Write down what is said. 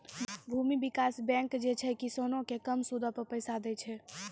भूमि विकास बैंक जे छै, किसानो के कम सूदो पे पैसा दै छे